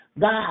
God